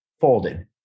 folded